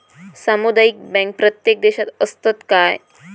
सामुदायिक बँक प्रत्येक देशात असतत काय?